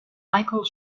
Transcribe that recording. michael